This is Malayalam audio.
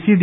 C D